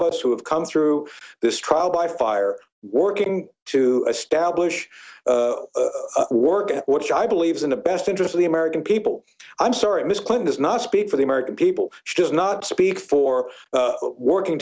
of us who have come through this trial by fire working to establish work which i believe in the best interest of the american people i'm sorry ms clinton is not speak for the american people she does not speak for working